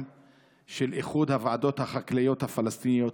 של איחוד הוועדות החקלאיות הפלסטיניות,